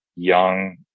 young